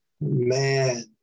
Man